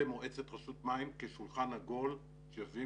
ומועצת רשות מים כשולחן עגול שיושבים